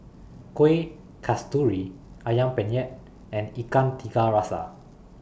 Kueh Kasturi Ayam Penyet and Ikan Tiga Rasa